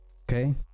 okay